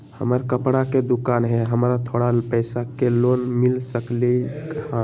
हमर कपड़ा के दुकान है हमरा थोड़ा पैसा के लोन मिल सकलई ह?